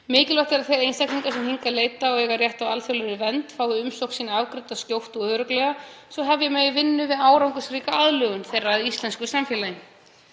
Mikilvægt er að einstaklingar sem hingað leita og eiga rétt á alþjóðlegri vernd fái umsókn sína afgreidda skjótt og örugglega svo hefja megi vinnu við árangursríka aðlögun þeirra að íslensku samfélagi.